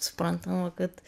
suprantama kad